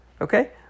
Okay